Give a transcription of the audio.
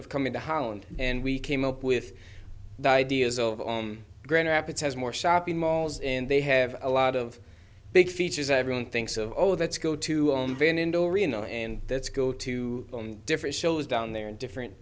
of coming to holland and we came up with the ideas of grand rapids has more shopping malls and they have a lot of big features everyone thinks of oh that's go to van and over you know and that's go to different shows down there in different